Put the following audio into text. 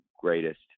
greatest